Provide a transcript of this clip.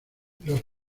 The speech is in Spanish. los